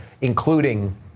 including